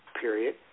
period